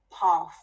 path